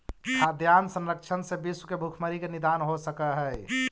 खाद्यान्न संरक्षण से विश्व के भुखमरी के निदान हो सकऽ हइ